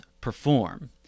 perform